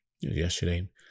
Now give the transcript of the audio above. yesterday